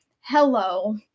hello